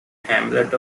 hamlet